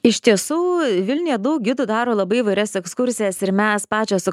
iš tiesų vilniuje daug gidų daro labai įvairias ekskursijas ir mes pačios su